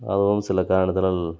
அதுவும் சில காரணத்தினால்